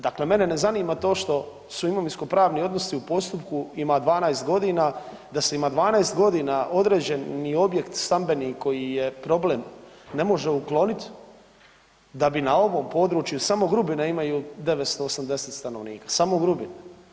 Dakle mene ne zanima što su imovinsko-pravni odnosi u postupku, ima 12 godina, da se ima 12 godina određeni objekt stambeni koji je problem, ne može ukloniti, da bi na ovom području, samo Grubine imaju 980 stanovnika, samo Grubine.